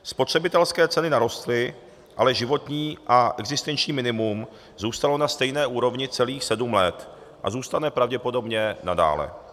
Spotřebitelské ceny narostly, ale životní a existenční minimum zůstalo na stejné úrovni celých sedm let a zůstane pravděpodobně nadále.